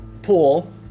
Pool